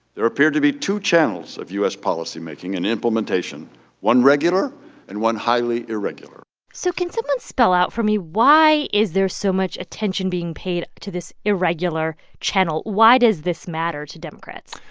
there appeared to be two channels of u s. policy making and implementation one regular and one highly irregular so can someone spell out for me, why is there so much attention being paid to this irregular channel? why does this matter to democrats?